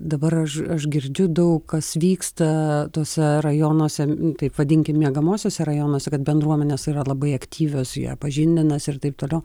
dabar aš aš girdžiu daug kas vyksta tuose rajonuose taip vadinkim miegamuosiuose rajonuose kad bendruomenės yra labai aktyvios jie pažindinasi ir taip toliau